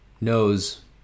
knows